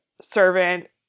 servant